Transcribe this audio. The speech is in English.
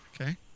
Okay